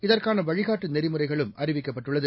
இதற்கானவழிகாட்டுநெறிமுறைகளும் அறிவிக்கப்படுடுள்ளது